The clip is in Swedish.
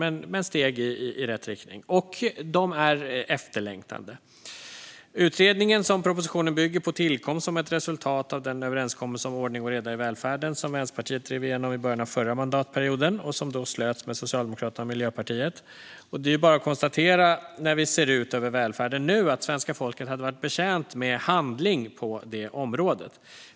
Men de är steg i rätt riktning och efterlängtade. Utredningen som propositionen bygger på tillkom som ett resultat av den överenskommelse om ordning och reda i välfärden som Vänsterpartiet drev igenom i början av förra mandatperioden och som då slöts med Socialdemokraterna och Miljöpartiet. Det är bara att konstatera när vi nu ser ut över välfärden att svenska folket hade varit betjänt av handling på det området.